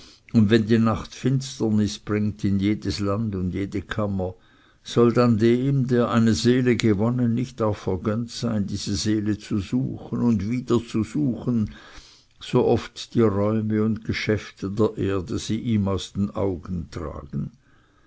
und wenn die nacht finsternis bringt in jedes land und jede kammer soll dann dem der eine seele gewonnen nicht auch vergönnt sein diese seele zu suchen und wieder zu suchen so oft die räume und geschäfte der erde sie ihm aus den augen tragen